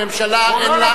הממשלה אין לה,